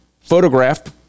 photographed